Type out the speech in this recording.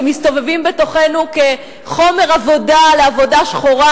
שמסתובבים בתוכנו כחומר עבודה לעבודה שחורה?